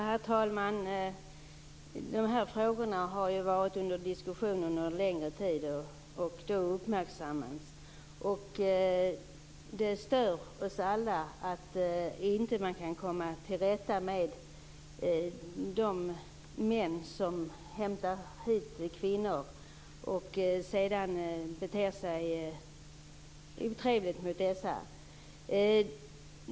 Herr talman! De här frågorna har varit föremål för diskussion under en längre tid och har således uppmärksammats. Det stör oss alla att man inte kan komma till rätta med de män som hämtar hit kvinnor och sedan beter sig på ett otrevligt sätt mot dessa.